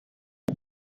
how